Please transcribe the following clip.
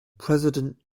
president